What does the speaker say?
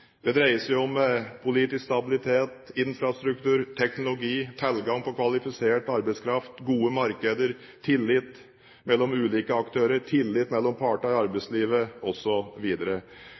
Det dreier seg om politisk stabilitet, infrastruktur, teknologi, tilgang på kvalifisert arbeidskraft, gode markeder, tillit mellom ulike aktører, tillit mellom partene i arbeidslivet